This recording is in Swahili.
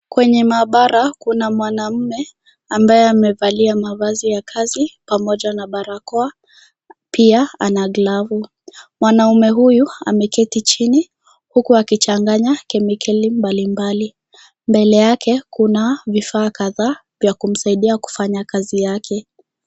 Kwenye maabara kuna mwanaume ambaye amevalia mavazi ya kazi pamoja na barakoa pia ana glavu. Mwanaume huyu ameketi chini huku akichanganya kemikali mbalimbali , mbele yake kuna vifaa kadhaa vya kumsaidia kufanya kazi yake .